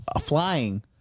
flying